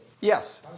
Yes